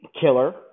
killer